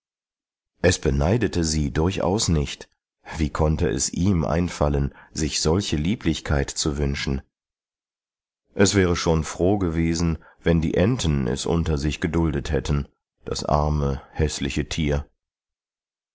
es beneidete sie durchaus nicht wie konnte es ihm einfallen sich solche lieblichkeit zu wünschen es wäre schon froh gewesen wenn die enten es unter sich geduldet hätten das arme häßliche tier